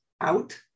out